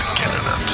canada